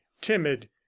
timid